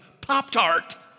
Pop-Tart